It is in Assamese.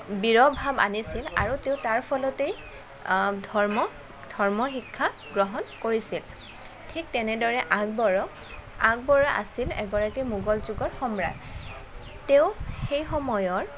বিৰহ ভাব আনিছিল আৰু তেওঁ তাৰফলতেই ধৰ্ম ধৰ্ম শিক্ষা গ্ৰহণ কৰিছিল ঠিক তেনেদৰে আকবৰক আকবৰ আছিল এগৰাকী মোগল যুগৰ সম্ৰাট তেওঁ সেই সময়ৰ